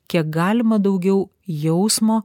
kiek galima daugiau jausmo